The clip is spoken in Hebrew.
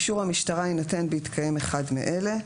אישור המשטרה יינתן בהתקיים אחד מאלה: